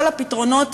כל הפתרונות